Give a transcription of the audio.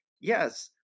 Yes